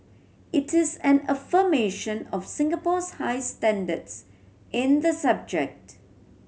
it is an affirmation of Singapore's high standards in the subject